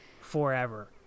forever